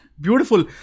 Beautiful